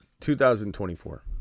2024